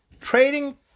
Trading